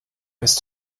ist